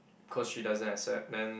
cause she doesn't accept then